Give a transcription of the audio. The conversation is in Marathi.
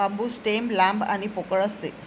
बांबू स्टेम लांब आणि पोकळ असते